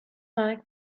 like